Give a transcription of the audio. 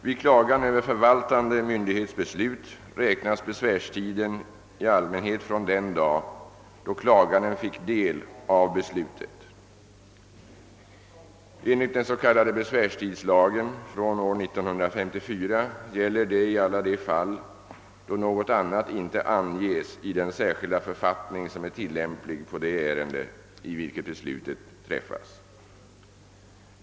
Vid klagan över förvaltande myndighets beslut räknas besvärstiden i allmänhet från den dag då klaganden fick del av beslutet. Enligt den s.k. besvärstidslagen från år 1954 gäller detta i alla de fall då något annat inte anges i den särskilda författning som är tillämplig på det ärende i vilket beslutet träffas.